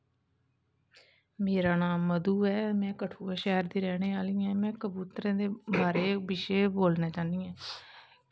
मेरा नां मधु ऐ में कठुऐ शैह्र दी रैह्नें आह्ली ऐं में कबूरें ते बिशे च बोलना चाह्न्नी ऐं